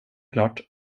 klart